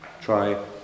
try